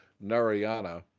Narayana